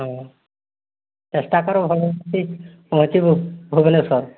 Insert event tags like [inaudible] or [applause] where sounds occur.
ହଁ ଚେଷ୍ଟା କର ଭଲ [unintelligible] ପହଞ୍ଚିବୁ ଭୁବେନେଶ୍ୱର